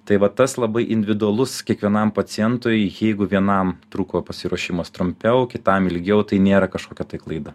tai va tas labai individualus kiekvienam pacientui jeigu vienam truko pasiruošimas trumpiau kitam ilgiau tai nėra kažkokia klaida